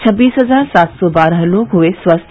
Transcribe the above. छब्बीस हजार सात सौ बारह लोग हुए स्वस्थ